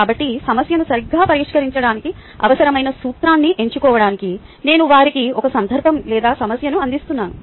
కాబట్టి సమస్యను సరిగ్గా పరిష్కరించడానికి అవసరమైన సూత్రాన్ని ఎంచుకోవడానికి నేను వారికి ఒక సందర్భం లేదా సమస్యను అందిస్తున్నాను